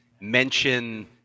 mention